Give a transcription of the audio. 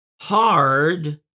hard